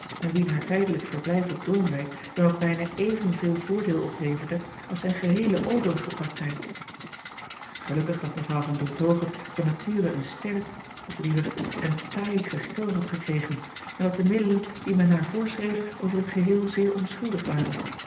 en wien haar tijdelijk verblijf op oornwijck dan ook bijna evenveel voordeel opleverde als zijn geheele overige praktijk elukkig dat evrouw an oertoghe van nature een sterk of liever een taai gestel had gekregen en dat de middelen die men haar voorschreef over t geheel zeer onschuldig waren